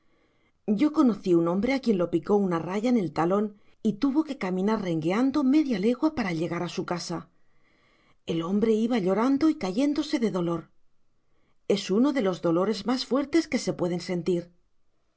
yo conocí un hombre a quien lo picó una raya en el talón y que tuvo que caminar rengueando media legua para llegar a su casa el hombre iba llorando y cayéndose de dolor es uno de los dolores más fuertes que se puede sentir